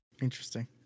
interesting